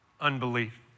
unbelief